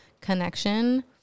connection